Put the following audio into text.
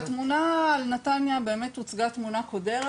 על נתניה הוצגה תמונה קודרת.